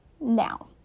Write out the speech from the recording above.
Now